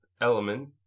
element